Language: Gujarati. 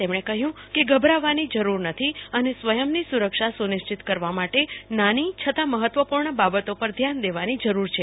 તેમણે કહ્યું કે ગભરાવાની જરૂર નથી અને સ્વયંની સુરક્ષા સુનિશ્ચિત કરવા માટે નાની છતાં મહત્વપૂર્ણ બાબતો પર ધ્યાન દેવાની જરૂર છે